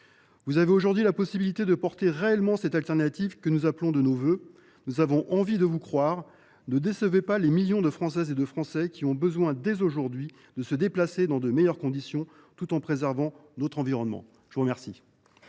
vous avez aujourd’hui la possibilité de soutenir réellement cette alternative que nous appelons de nos vœux. Nous avons envie de vous croire ; ne décevez pas les millions de Françaises et de Français qui ont besoin dès aujourd’hui de se déplacer dans de meilleures conditions, tout en préservant notre environnement. La parole